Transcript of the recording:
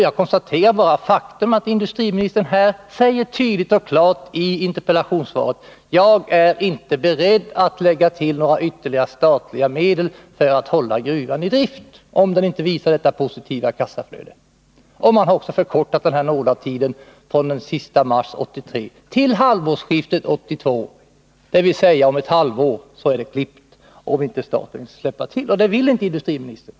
Jag konstaterar bara faktum: att industriministern säger tydligt och klart i interpellationssvaret att han inte är beredd att lägga till några ytterligare statliga medel för att hålla gruvan i drift, om den inte visar ett positivt kassaflöde. Man har också förkortat nådatiden — från den sista mars 1983 till Nr 38 halvårsskiftet 1982. Om ett halvår är det alltså klippt, om inte staten vill Fredagen den släppa till medel — och det vill inte industriministern.